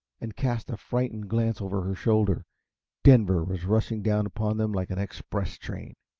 and cast a frightened glance over her shoulder denver was rushing down upon them like an express train.